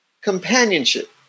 companionship